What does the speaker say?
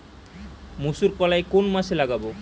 মুসুরকলাই কোন মাসে লাগাব?